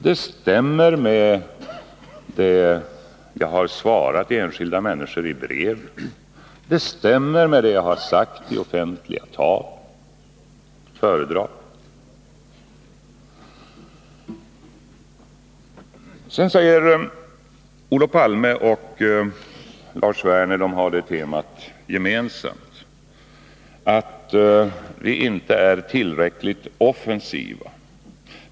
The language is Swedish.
Det stämmer med det som jag har svarat enskilda människor i brev. Det stämmer med det som jag har sagt i offentliga tal och föredrag. Sedan säger Olof Palme och Lars Werner — de har det temat gemensamt — att regeringen inte är tillräckligt offensiv.